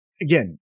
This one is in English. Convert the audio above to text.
again